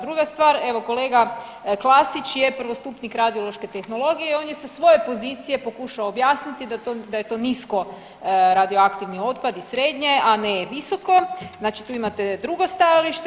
Druga stvar, evo kolega Klasić je prvostupnik radiološke tehnologije i on je sa svoje pozicije pokušao objasniti da je to nisko radioaktivni otpad i srednje, a ne visoko, znači tu imate drugo stajalište.